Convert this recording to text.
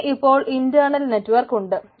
ഇതിന് അപ്പോൾ internal network ഉണ്ട്